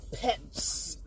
pets